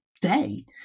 day